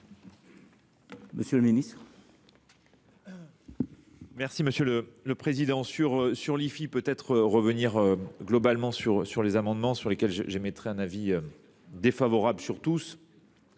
Monsieur le ministre,